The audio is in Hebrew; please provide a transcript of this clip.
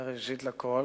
זה ראשית לכול.